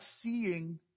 seeing